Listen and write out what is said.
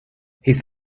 his